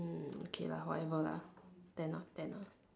hmm okay lah whatever lah ten ah ten ah